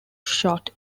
shot